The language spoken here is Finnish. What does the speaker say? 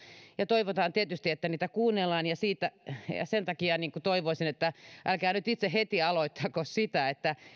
ja toivomme tietysti että niitä kuunnellaan ja ja sen takia toivoisin että älkää nyt itse heti aloittako sitä että